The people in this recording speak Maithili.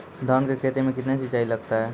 धान की खेती मे कितने सिंचाई लगता है?